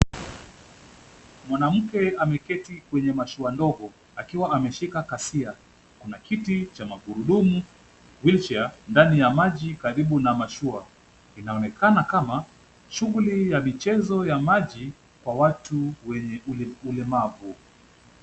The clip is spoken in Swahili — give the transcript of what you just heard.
Mwanamke ameketi kwenye mashua ndogo akiwa ameshika kasia na kiti cha magurudumu, kisha ndani ya maji karibu na mashua, inaonekana kama shughuli ya michezo ya maji kwa watu wenye ulemavu.